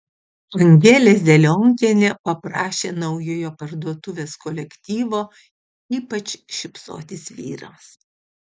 angelė zelionkienė paprašė naujojo parduotuvės kolektyvo ypač šypsotis vyrams